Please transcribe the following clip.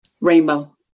rainbow